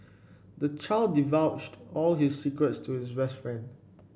the child divulged all his secrets to his best friend